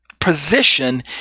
position